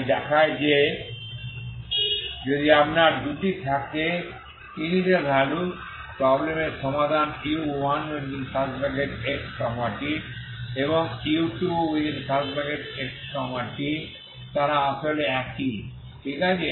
তাই দেখায় যে যদি আপনার দুটি থাকে ইনিশিয়াল ভ্যালু প্রব্লেম র সমাধান u1xt এবং u2xt তারা আসলে একই ঠিক আছে